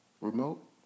remote